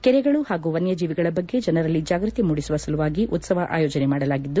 ಕೆರೆಗಳು ಹಾಗೂ ವನ್ಯ ಜೀವಿಗಳ ಬಗ್ಗೆ ಜನರಲ್ಲಿ ಜಾಗ್ವತಿ ಮೂಡಿಸುವ ಸಲುವಾಗಿ ಉತ್ಸವ ಆಯೋಜನೆ ಮಾಡಲಾಗಿದೆ